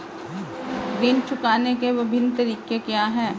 ऋण चुकाने के विभिन्न तरीके क्या हैं?